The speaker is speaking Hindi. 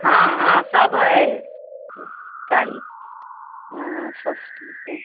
हाँ हाँ सब है साड़ी हाँ सस्ती है